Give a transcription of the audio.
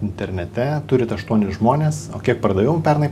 internete turit aštuonis žmones o kiek pardavimų pernai